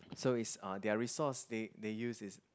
so is uh their resource they they use is